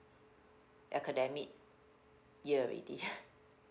academic year already